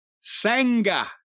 Sanga